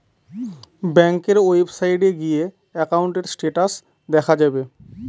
ব্যাঙ্কের ওয়েবসাইটে গিয়ে একাউন্টের স্টেটাস দেখা যাবে